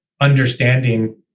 understanding